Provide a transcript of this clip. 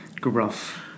gruff